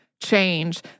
change